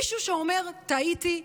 מישהו שאומר: טעיתי,